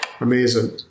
Amazing